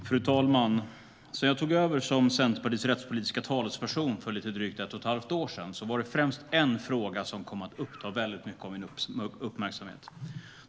Fru talman! Sedan jag tog över som Centerpartiets rättspolitiska talesperson för lite drygt ett och ett halvt år sedan är det främst en fråga som har kommit att uppta väldigt mycket av min uppmärksamhet.